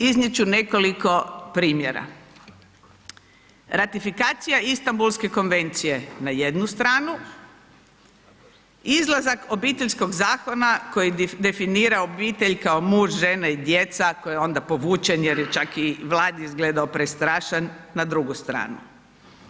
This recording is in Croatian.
Iznijet ću nekoliko primjera ratifikacija Istambulske konvencije na jednu stranu, izlazak Obiteljskog zakona koji definira obitelj kao muž, žena i djeca koji je onda povučen jer je čak i Vladi izgledao prestrašan na drugu stranu.